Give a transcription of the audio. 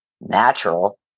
natural